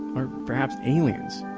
or perhaps aliens,